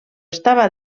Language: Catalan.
estava